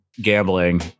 gambling